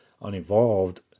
unevolved